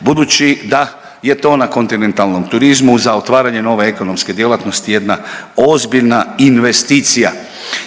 budući da je to na kontinentalnom turizmu za otvaranje nove ekonomske djelatnosti jedna ozbiljna investicija.